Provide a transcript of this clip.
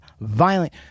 violent